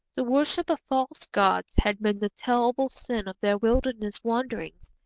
the worship of false gods had been the terrible sin of their wilderness wanderings,